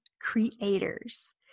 Creators